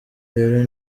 rero